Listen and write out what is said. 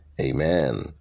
Amen